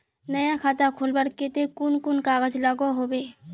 नया खाता खोलवार केते कुन कुन कागज लागोहो होबे?